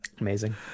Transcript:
Amazing